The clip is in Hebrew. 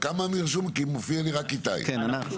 אני אבי